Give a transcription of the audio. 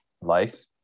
life